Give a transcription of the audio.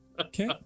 Okay